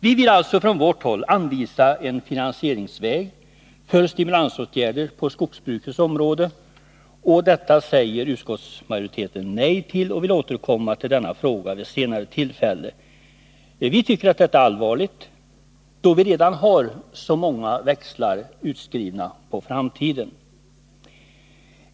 Vi vill alltså från vårt håll anvisa en finansieringsväg för stimulansåtgärder på skogsbrukets område. Detta säger utskottsmajoriteten nej till, och den vill återkomma till denna fråga vid senare tillfälle. Vi tycker att detta är allvarligt, då vi redan har så många växlar utskrivna på framtiden.